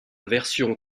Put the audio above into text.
version